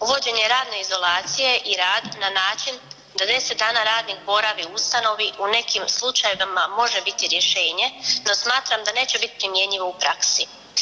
Uvođenje radne izolacije i rad na način da 10 dana radnik boravi u ustanovi u nekim slučajevima može biti rješenje, no smatram da neće biti primjenjivo u praksi.